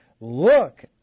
look